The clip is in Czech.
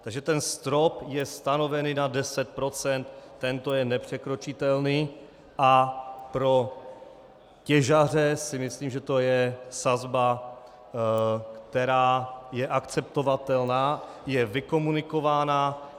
Takže ten strop je stanoven na 10 %, tento je nepřekročitelný a pro těžaře si myslím, že to je sazba, která je akceptovatelná, je vykomunikována.